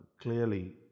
clearly